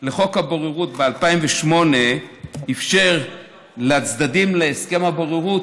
בחוק הבוררות ב-2008 אפשר לצדדים להסכם הבוררות,